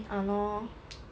!hannor!